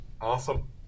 Awesome